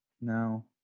now